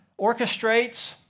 orchestrates